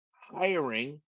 hiring